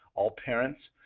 all parents,